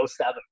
07